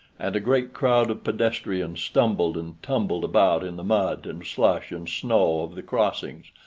and a great crowd of pedestrians stumbled and tumbled about in the mud and slush and snow of the crossings,